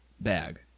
bag